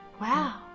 Wow